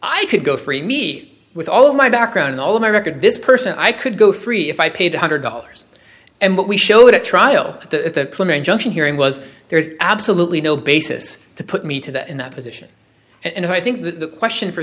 i could go free me with all of my background and all of my record this person i could go free if i paid a hundred dollars and what we showed at trial at the junction hearing was there is absolutely no basis to put me to that in that position and i think the question for